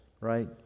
Right